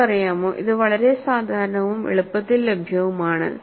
നിങ്ങൾക്കറിയാമോ ഇത് വളരെ സാധാരണവും എളുപ്പത്തിൽ ലഭ്യവുമാണ്